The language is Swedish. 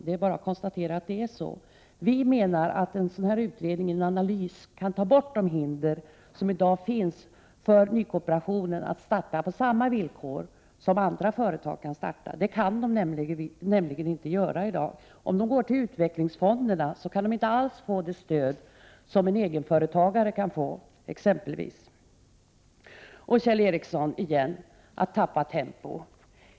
Det är bara att konstatera. Vi menar att en utredning av detta slag, en analys, kan ta bort de hinder som i dag finns för nya kooperativ att starta på samma villkor som andra företag. De har nämligen inte samma villkor i dag. Om de går till utvecklingsfonderna kan de inte alls få det stöd en egenföretagare kan få. Kjell Ericsson pratar på nytt om att tappa tempo.